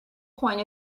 point